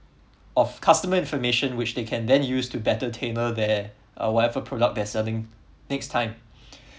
of customers information which then can use to better tailor their whatever product they're selling next time